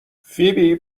فیبی